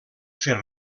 fer